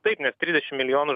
taip nes trisdešim milijonų